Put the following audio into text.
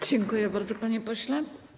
Dziękuję bardzo, panie pośle.